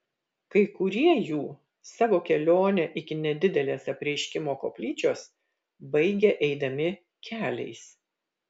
kai kurie jų savo kelionę iki nedidelės apreiškimo koplyčios baigė eidami keliais